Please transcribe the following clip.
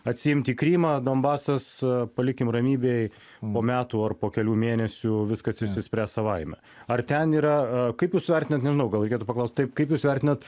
atsiimti krymą donbasas palikim ramybėj po metų ar po kelių mėnesių viskas išsispręs savaime ar ten yra kaip jūs vertinat nežinau gal reikėtų paklaust kaip jūs vertinat